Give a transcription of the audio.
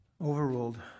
Overruled